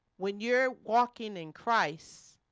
when you're blocking priced